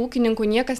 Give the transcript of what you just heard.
ūkininku niekas